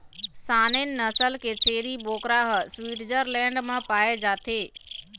Saanen नसल के छेरी बोकरा ह स्वीटजरलैंड म पाए जाथे